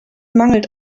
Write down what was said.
mangelt